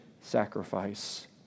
sacrifice